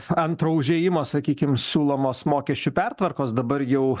antro užėjimo sakykim siūlomos mokesčių pertvarkos dabar jau